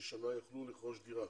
לשנה יוכלו לרכוש דירה.